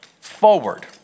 forward